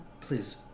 Please